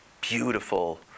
beautiful